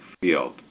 field